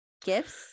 gifts